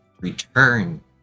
return